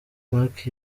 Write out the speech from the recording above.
mark